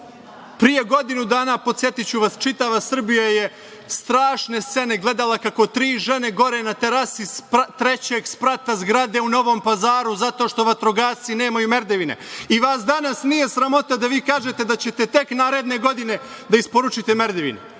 godinu dana, podsetiću vas, čitava Srbija je strašne scene gledala kako tri žene gore na terasi trećeg sprata u Novom Pazaru, zato što vatrogasci nemaju merdevine. I, vas danas nije sramota da vi kažete da ćete tek naredne godine da isporučite merdevine.